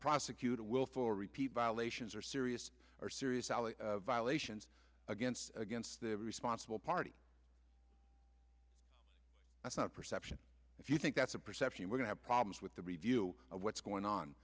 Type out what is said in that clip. prosecute a willful repeat violations or serious or serious alie violations against against the responsible party that's not perception if you think that's a perception we're going have problems with the review of what's going on